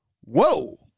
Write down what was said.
whoa